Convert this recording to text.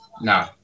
No